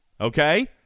okay